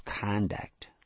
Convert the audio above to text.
conduct